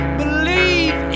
believe